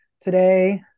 today